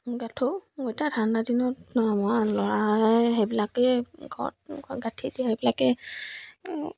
গাঠোঁ মই এতিয়া ঠাণ্ডা দিনত মই ল'ৰাই সেইবিলাকেই ঘৰত ঘৰ গাঁঠি দিয়া সেইবিলাকেই